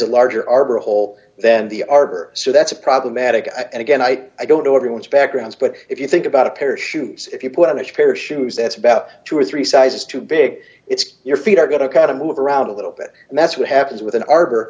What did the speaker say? a larger arbor hole then the arbor so that's problematic and again i i don't know everyone's backgrounds but if you think about a pair of shoes if you put on a pair of shoes that's about two or three sizes too big it's your feet are going to cut to move around a little bit and that's what happens with an ar